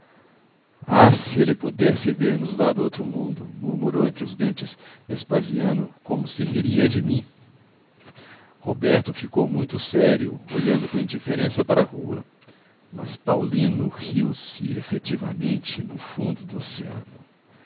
ah se ele pudesse ver-nos lá do outro mundo murmurou entre os dentes vespasiano como se riria de mim roberto ficou muito sério olhando com indiferença para a rua mas paulino riu-se efetivamente no fundo do oceano